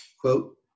Quote